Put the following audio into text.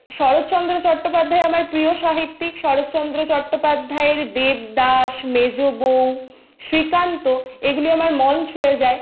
শরৎচন্দ্র চট্টোপাধ্যায় আমার প্রিয় সাহিত্যিক শরৎচন্দ্র চট্টোপাধ্যায়ের দেবদাস মেজবউ শ্রীকান্ত এগুলি আমার মন ছুঁয়ে যায়